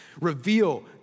reveal